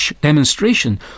demonstration